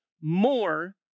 more